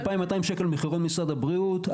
2,200 שקל במחירון משרד הבריאות.